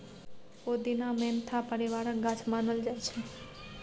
पोदीना mentha परिबारक गाछ मानल जाइ छै